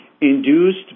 induced